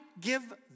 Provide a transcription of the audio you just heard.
give